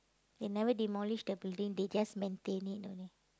they never demolish that building they just maintain it only